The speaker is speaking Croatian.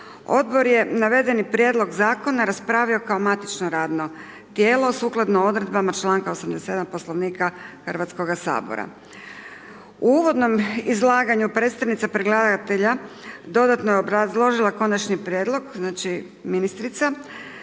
Odbor je navedeni prijedlog zakona raspravio kao matično radno tijelo sukladno odredbama članka 87. Poslovnika Hrvatskoga sabora. U uvodnom izlaganju predstavnica predlagatelja dodatno je obrazložila konačni prijedlog, znači ministrica,